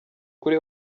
kuri